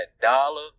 dollar